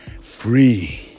free